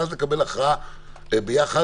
ואז לקבל הכרעה ביחד